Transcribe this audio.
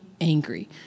angry